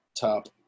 top